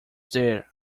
there